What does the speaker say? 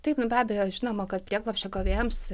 taip be abejo žinoma kad prieglobsčio gavėjams